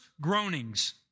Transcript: groanings